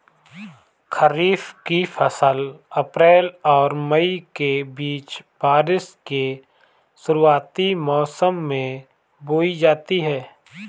खरीफ़ की फ़सल अप्रैल और मई के बीच, बारिश के शुरुआती मौसम में बोई जाती हैं